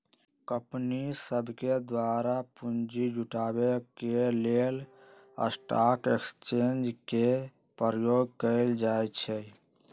कंपनीय सभके द्वारा पूंजी जुटाबे के लेल स्टॉक एक्सचेंज के प्रयोग कएल जाइ छइ